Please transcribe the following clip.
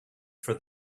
for